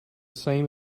same